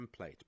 template